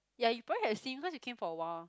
ya you probably have seen because you came for awhile